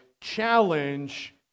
challenge